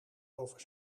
over